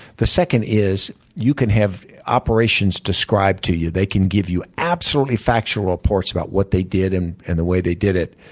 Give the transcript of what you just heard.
the second is, you can have operations described to you. they can give you actually factual reports about what they did and and the way they did it,